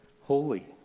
holy